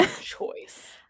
choice